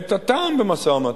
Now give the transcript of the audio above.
את הטעם במשא-ומתן.